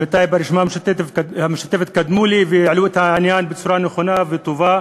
עמיתי ברשימה המשותפת קדמו לי והעלו את העניין בצורה נכונה וטובה